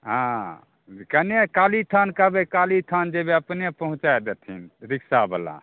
हँ केने कालीस्थान कहबै कालीस्थान जैबे अपने पहुँचाइ देथिन रिक्सा बला